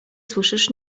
słyszysz